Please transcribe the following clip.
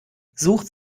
sucht